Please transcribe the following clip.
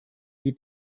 die